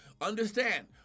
Understand